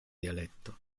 dialetto